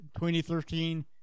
2013